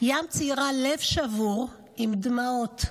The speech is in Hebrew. ים ציירה לב שבור עם דמעות,